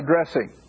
addressing